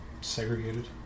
Segregated